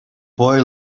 boy